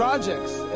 Projects